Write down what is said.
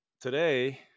today